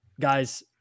guys